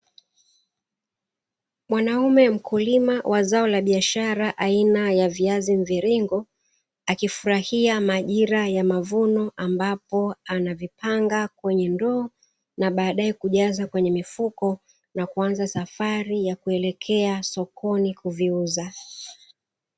Mwanaume mkulima wa zao la biashara aina ya viazi mviringo, akifurahia majira ya mavuno ambapo anavipanga kwenye ndoo na badae kujaza kwenye mifuko, na kuanza safari ya kuelekea sokoni kuviuza.